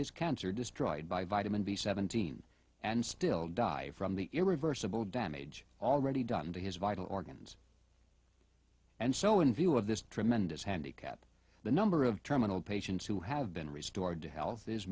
his cancer destroyed by vitamin b seventeen and still die from the irreversible damage already done to his vital organs and so in view of this tremendous handicap the number of terminal patients who have been restored to health is